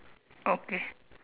okay